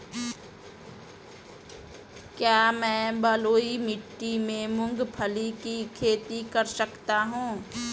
क्या मैं बलुई मिट्टी में मूंगफली की खेती कर सकता हूँ?